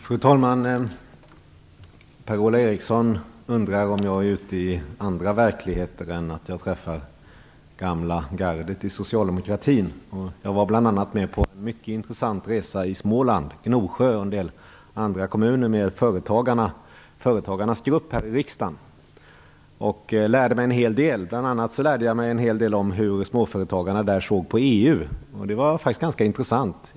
Fru talman! Per-Ola Eriksson undrar om jag är ute i andra verkligheter än att träffa det gamla gardet i socialdemokratin. Jag var bl.a. med på en mycket intressant resa i Småland, i Gnosjö och en del andra kommuner, med företagarnas grupp här i riksdagen. Jag lärde mig då en hel del, bl.a. en hel del om hur småföretagarna där ser på EU. Det var faktiskt ganska intressant.